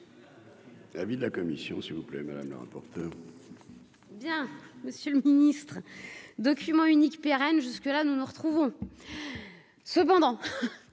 David la commission s'il vous plaît madame la rapporteure. Bien, Monsieur le Ministre, document unique pérenne, jusque-là, nous nous retrouvons cependant